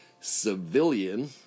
civilian